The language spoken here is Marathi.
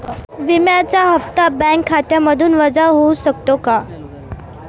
विम्याचा हप्ता बँक खात्यामधून वजा होऊ शकतो का?